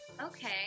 Okay